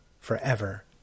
forever